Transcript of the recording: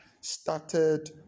started